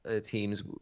teams